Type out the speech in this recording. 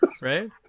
Right